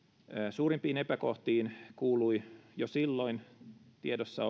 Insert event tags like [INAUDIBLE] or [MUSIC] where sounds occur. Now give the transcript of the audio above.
suurimpiin epäkohtiin kuului jo silloin tiedossa [UNINTELLIGIBLE]